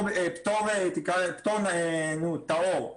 תקרא לזה, פטור טהור.